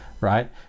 Right